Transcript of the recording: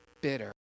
bitter